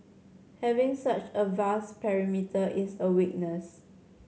having such a vast perimeter is a weakness